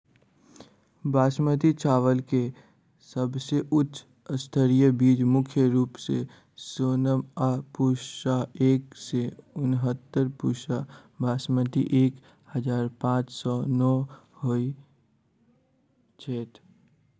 बासमती चावल केँ सबसँ उच्च स्तरीय बीज मुख्य रूप सँ सोनम आ पूसा एक सै उनहत्तर, पूसा बासमती एक हजार पांच सै नो होए छैथ?